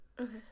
Okay